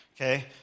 okay